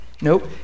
Nope